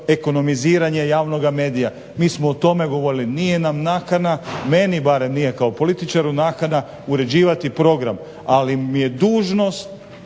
ekonomiziranje javnoga medija. Nije nam nakana, meni barem nije kao političaru nakana uređivati program. Ali mi je dužnost